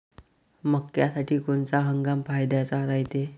मक्क्यासाठी कोनचा हंगाम फायद्याचा रायते?